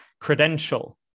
credential